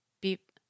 Beep